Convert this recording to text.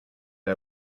our